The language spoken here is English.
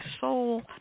soul